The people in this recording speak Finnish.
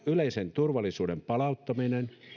yleisen turvallisuuden palauttaminen